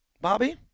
Bobby